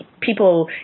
people